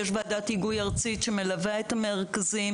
יש ועדת היגוי ארצית שמלווה את המרכזים,